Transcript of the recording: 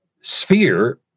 sphere